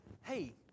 Hey